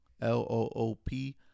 L-O-O-P